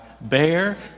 bear